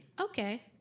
Okay